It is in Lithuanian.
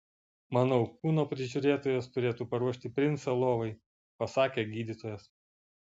manau kūno prižiūrėtojas turėtų paruošti princą lovai pasakė gydytojas